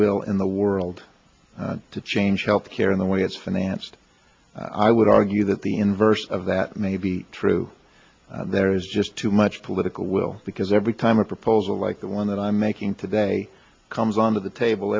will in the world to change health care in the way it's financed i would argue that the inverse of that may be true there is just too much political will because every time a proposal like the one that i'm making today comes on the table